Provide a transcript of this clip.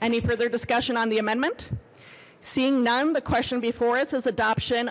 any further discussion on the amendment seeing none the question before us is adoption